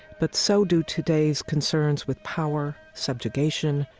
but so do today's concerns with power, subjugation,